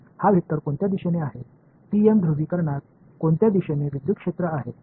हा वेक्टर कोणत्या दिशेने आहे टीएम ध्रुवीकरणात कोणत्या दिशेने विद्युत क्षेत्र आहे